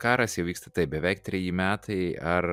karas jau vyksta taip beveik treji metai ar